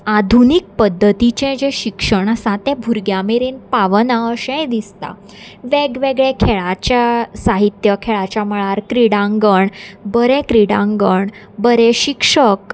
आधुनीक पद्दतीचें जें शिक्षण आसा तें भुरग्यां मेरेन पावना अशेंय दिसता वेगवेगळे खेळाच्या साहित्य खेळाच्या मळार क्रिडांगण बरें क्रिडांगण बरें शिक्षक